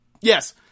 Yes